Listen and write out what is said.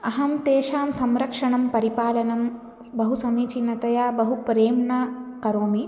अहं तेषां संरक्षणं परिपालनं बहु समीचीनतया बहुप्रेम्णा करोमि